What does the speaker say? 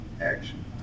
action